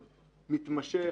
מתמשך,